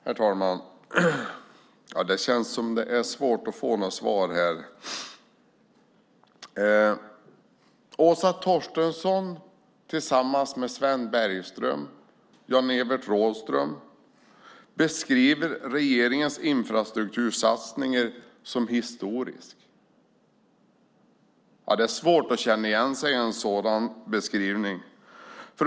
Herr talman! Det känns som att det är svårt att få några svar här. Åsa Torstensson tillsammans med Sven Bergström och Jan-Evert Rådhström beskriver regeringens infrastruktursatsning som historisk. Det är svårt att känna igen sig i en sådan beskrivning.